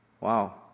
Wow